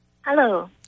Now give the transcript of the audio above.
Hello